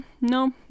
No